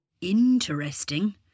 Interesting